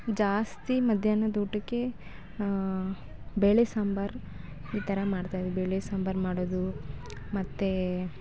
ಜಾಸ್ತಿ ಮಧ್ಯಾಹ್ನದೂಟಕ್ಕೆ ಬೇಳೆ ಸಾಂಬಾರು ಈ ಥರ ಮಾಡ್ತಾ ಬೇಳೆ ಸಾಂಬಾರು ಮಾಡೋದು ಮತ್ತು